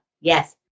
Yes